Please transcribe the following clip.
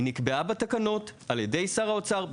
היא נקבעה בתקנות על ידי שר האוצר,